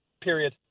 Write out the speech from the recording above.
period